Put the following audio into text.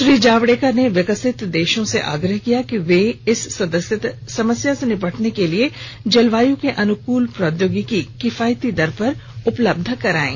श्री जावड़ेकर ने विकसित देशों से आग्रह किया कि वे इस समस्या से निपटने के लिए जलवायु के अनुकूल प्रौद्योगिकी किफायती दर पर उपलब्ध कराएं